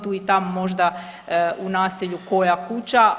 Tu i tamo možda u naselju koja kuća.